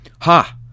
Ha